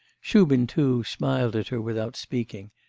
shubin, too, smiled at her without speaking,